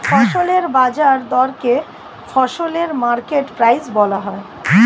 ফসলের বাজার দরকে ফসলের মার্কেট প্রাইস বলা হয়